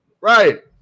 Right